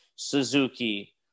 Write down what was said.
Suzuki